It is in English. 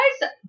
guys